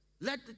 let